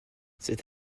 cet